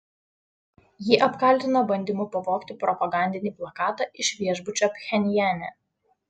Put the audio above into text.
jį apkaltino bandymu pavogti propagandinį plakatą iš viešbučio pchenjane